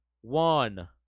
one